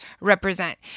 represent